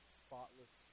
spotless